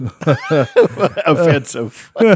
Offensive